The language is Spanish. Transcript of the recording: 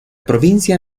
provincia